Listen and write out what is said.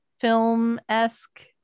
film-esque